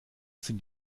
sind